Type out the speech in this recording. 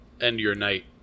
end-your-night